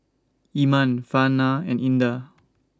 Iman Farhanah and Indah